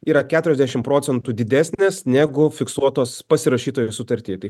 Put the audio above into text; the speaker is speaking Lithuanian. yra keturiasdešim procentų didesnės negu fiksuotos pasirašytoje sutarty tai